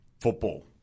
football